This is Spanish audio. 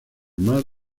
más